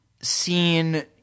seen